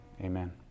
amen